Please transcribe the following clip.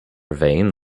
vein